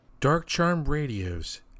Darkcharmradios